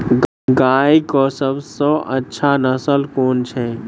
गाय केँ सबसँ अच्छा नस्ल केँ छैय?